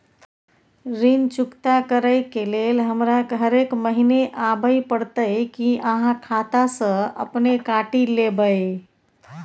ऋण चुकता करै के लेल हमरा हरेक महीने आबै परतै कि आहाँ खाता स अपने काटि लेबै?